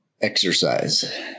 exercise